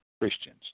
Christians